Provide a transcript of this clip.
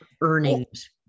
earnings